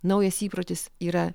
naujas įprotis yra